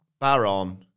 Baron